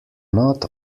not